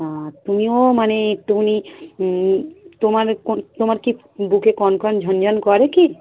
ও তুমিও মানে একটুখুনি তোমার কোন তোমার কি বুকে কনকন ঝনঝন করে কি